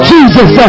Jesus